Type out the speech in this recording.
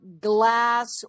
glass